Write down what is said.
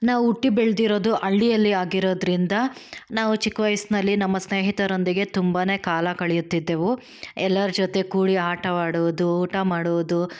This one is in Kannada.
ನಾವು ಹುಟ್ಟಿ ಬೆಳೆದಿರೋದು ಹಳ್ಳಿಯಲ್ಲಿ ಆಗಿರೋದ್ರಿಂದ ನಾವು ಚಿಕ್ಕ ವಯಸ್ಸಿನಲ್ಲಿ ನಮ್ಮ ಸ್ನೇಹಿತರೊಂದಿಗೆ ತುಂಬನೇ ಕಾಲ ಕಳೆಯುತ್ತಿದ್ದೆವು ಎಲ್ಲರ ಜೊತೆ ಕೂಡಿ ಆಟವಾಡುವುದು ಊಟ ಮಾಡುವುದು